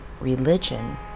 religion